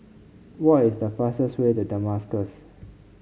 what is the fastest way to Damascus